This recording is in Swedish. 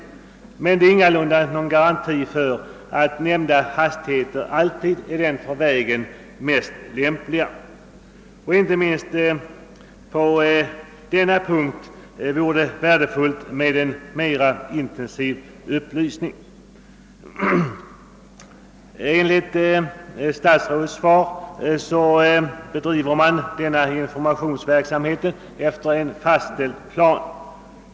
Detta är dock ingalunda någon garanti för att nämnda hastigheter alltid är de för vägen mest lämpliga. Inte minst på denna punkt vore det värdefullt med en mera intensiv upplysning. Enligt statsrådets svar bedrivs denna informationsverksamhet efter en fastställd plan.